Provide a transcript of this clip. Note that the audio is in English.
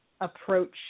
approach